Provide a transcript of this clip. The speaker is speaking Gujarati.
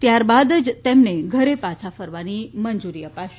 ત્યારબાદ જ તેમને ઘેર પાછા ફરવાની મંજૂર અપાશે